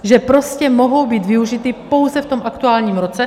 Že prostě mohou být využity pouze v tom aktuálním roce.